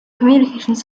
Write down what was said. communications